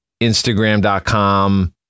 Instagram.com